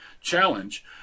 challenge